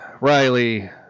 Riley